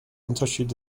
unterschied